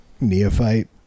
neophyte